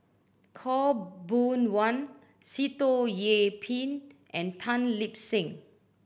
Khaw Boon Wan Sitoh Yih Pin and Tan Lip Seng